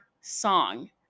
song